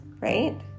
right